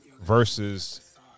versus